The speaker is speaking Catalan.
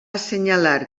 assenyalar